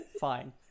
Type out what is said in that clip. fine